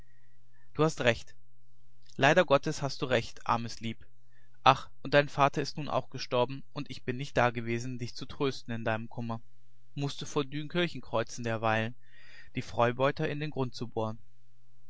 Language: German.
du hast recht leider gottes hast du recht armes lieb ach und dein vater ist nun auch gestorben und ich bin nicht dagewesen dich zu trösten in deinem kummer mußte vor dünkirchen kreuzen derweilen die freibeuter in den grund zu bohren